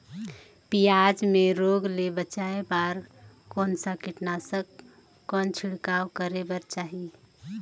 पियाज मे रोग ले बचाय बार कौन सा कीटनाशक कौन छिड़काव करे बर चाही?